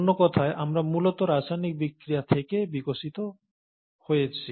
অন্য কথায় আমরা মূলত রাসায়নিক বিক্রিয়া থেকে বিকশিত হয়েছি